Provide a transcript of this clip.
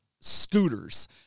scooters